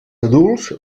adults